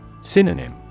Synonym